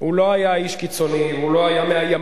הוא לא היה איש קיצוני, הוא לא היה מהימין,